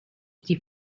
die